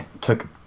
took